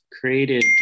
created